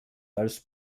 als